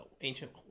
ancient